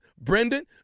Brendan